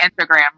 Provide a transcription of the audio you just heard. Instagram